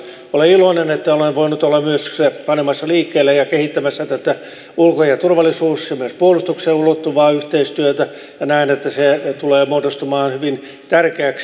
minä olen iloinen että olen voinut olla myös panemassa liikkeelle ja kehittämässä tätä ulko ja turvallisuuspolitiikkaan ja myös puolustukseen ulottuvaa yhteistyötä ja näen että se tulee muodostumaan hyvin tärkeäksi